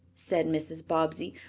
said mrs. bobbsey.